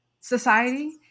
society